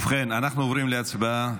ובכן, אנחנו עוברים להצבעה.